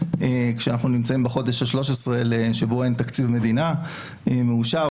כשאנחנו בחודש ה-13 בו אין תקציב מדינה מאושר,